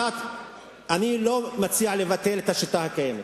אני לא מציע לבטל את השיטה הקיימת,